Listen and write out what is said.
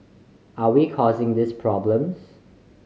are we causing these problems